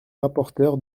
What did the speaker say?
rapporteur